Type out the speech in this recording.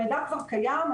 המידע כבר קיים.